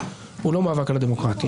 הוא לא מאבק על הדמוקרטיה.